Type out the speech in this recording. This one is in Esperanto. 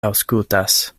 aŭskultas